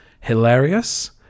hilarious